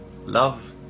Love